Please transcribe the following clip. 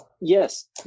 Yes